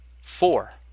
Four